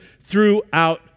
throughout